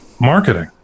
marketing